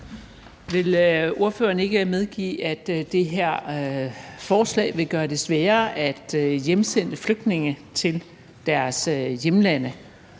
Vil ordføreren ikke medgive, at det her forslag vil gøre det sværere at hjemsende flygtninge til deres hjemlande?